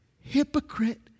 hypocrite